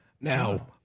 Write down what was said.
Now